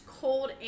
cold